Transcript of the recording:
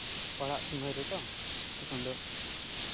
ᱯᱟᱲᱦᱟᱜ ᱥᱚᱢᱚᱭ ᱨᱮᱛᱚ ᱛᱚᱠᱷᱚᱱ ᱫᱚ